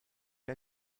der